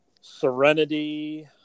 Serenity